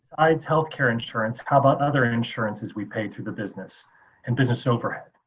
health care insurance. how about other insurances we pay through the business and business overhead.